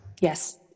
Yes